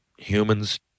Humans